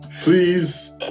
Please